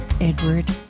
Edward